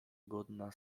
godna